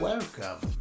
Welcome